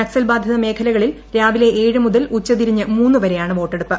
നക്സൽ ബാധിത മേഖലകളിൽ രാവിലെ ഏഴ് മുതൽ ഉച്ച തിരിഞ്ഞ് മൂന്ന് വരെയാണ് വോട്ടെടുപ്പ്